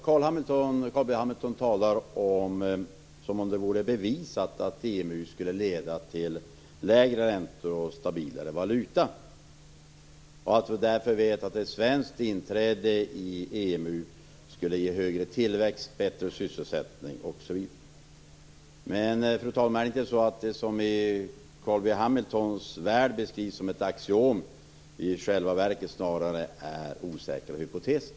Carl B Hamilton talar som om det vore bevisat att EMU skulle leda till lägre räntor och stabilare valuta och vi därför visste att ett svenskt inträde i EMU skulle ge högre tillväxt, bättre sysselsättning osv. Men, fru talman, är inte det som i Carl B Hamiltons värld beskrivs som ett axiom i själva verket snarare osäkra hypoteser?